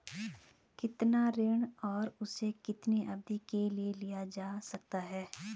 कितना ऋण और उसे कितनी अवधि के लिए लिया जा सकता है?